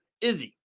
Izzy